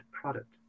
product